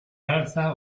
alza